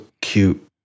cute